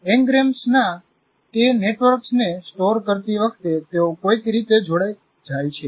એન્ગ્રેમ્સના તે નેટવર્ક્સને સ્ટોર કરતી વખતે તેઓ કોઈક રીતે જોડાઈ જાય છે